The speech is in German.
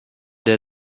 der